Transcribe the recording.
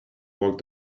walk